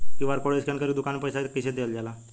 QR code scan करके दुकान में पईसा कइसे देल जाला?